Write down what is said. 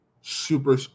super